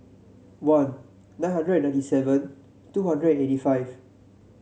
one nine hundred ninety seven two hundred eighty five